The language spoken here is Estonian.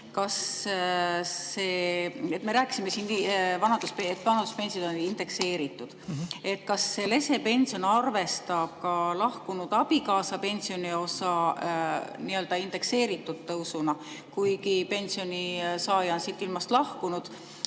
Me rääkisime siin, et vanaduspensionid on indekseeritud. Kas lesepension arvestab ka lahkunud abikaasa pensioniosa nii‑öelda indekseeritud tõusuna, kuigi pensionisaaja on siit ilmast lahkunud,